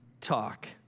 talk